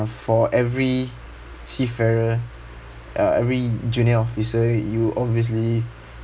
for every seafarer uh every junior officer you obviously